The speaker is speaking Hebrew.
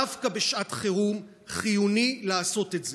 דווקא בשעת חירום חיוני לעשות את זה.